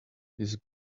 his